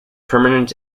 permanent